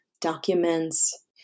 documents